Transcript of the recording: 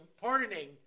pardoning